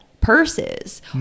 Purses